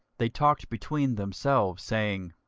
they talked between themselves, saying,